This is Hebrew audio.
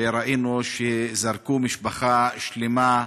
ראינו שזרקו משפחה שלמה,